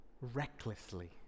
recklessly